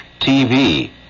TV